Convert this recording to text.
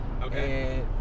Okay